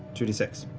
two d six.